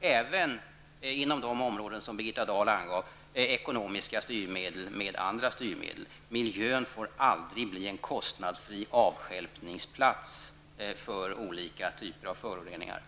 även på de områden som Birgitta Dahl angav, kombinera ekonomiska styrmedel med andra styrmedel. Miljön får aldrig bli en kostnadsfri avstjälpningsplats för olika typer av föroreningar.